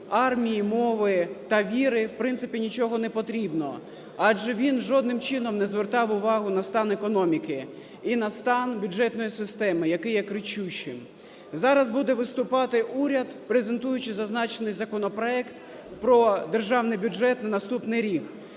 армії, мови та віри, в принципі, нічого не потрібно, адже він жодним чином не звертав увагу на стан економіки і на стан бюджетної системи, який є кричущим. Зараз буде виступати уряд, презентуючи зазначений законопроект про Державний бюджет на наступний рік.